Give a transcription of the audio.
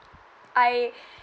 I